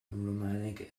aromatic